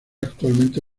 actualmente